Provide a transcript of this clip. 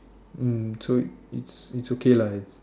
so it's it's okay lah